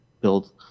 build